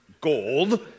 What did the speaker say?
gold